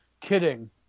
Kidding